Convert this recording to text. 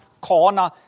corner